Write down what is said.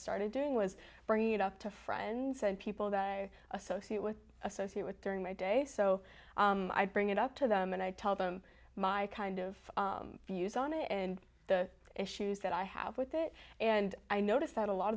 started doing was bringing it up to friends and people that i associate with associate with during my day so i bring it up to them and i tell them my kind of views on it and the issues that i have with it and i noticed that a lot